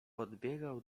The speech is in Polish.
podbiegał